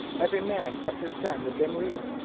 every man kept his gun within reach,